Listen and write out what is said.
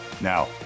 Now